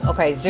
Okay